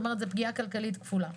כלומר זה פגיעה כלכלית כפולה.